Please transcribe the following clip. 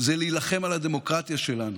להילחם על הדמוקרטיה שלנו,